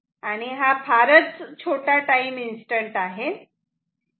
आणि हा फारच छोटा टाईम इन्स्टंट आहे